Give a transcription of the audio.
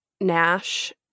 Nash